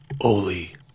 Oli